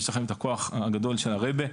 יש לכם את הכוח הגדול של הרבי,